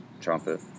trumpet